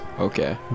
Okay